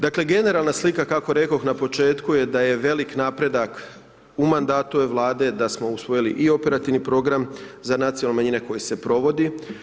Dakle, generalna slika kako rekoh na početku da je veliki napredak u mandatu ove vlade, da smo usvojili i operativni program za nacionalne manjine, koje se provodi.